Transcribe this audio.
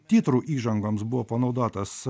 titrų įžangoms buvo panaudotas